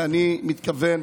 ואני מתכוון,